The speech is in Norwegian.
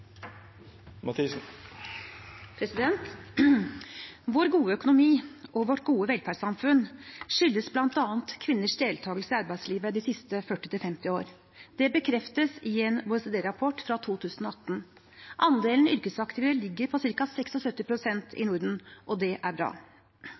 fortsette? Vår gode økonomi og vårt gode velferdssamfunn skyldes bl.a. kvinners deltakelse i arbeidslivet de siste 40–50 år. Det bekreftes i en OECD-rapport fra 2018. Andelen yrkesaktive ligger på ca. 76 pst. i Norden, og